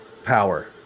power